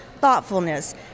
thoughtfulness